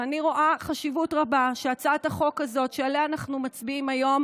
ואני רואה חשיבות רבה שהצעת החוק הזאת שעליה אנחנו מצביעים היום